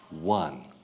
one